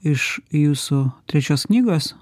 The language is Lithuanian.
iš jūsų trečios knygos